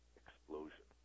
explosion